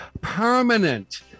permanent